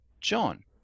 John